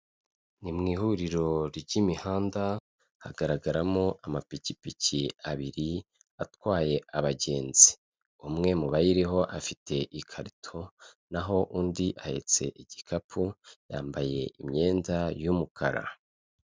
ni mu ihuriro ry'imihanda hagaragaramo amapikipiki abiri atwaye abagenzi, umwe mu bayiriho afite ikarito, naho undi ahetse igikapu, yambaye imyenda y'umukara.